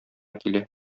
килә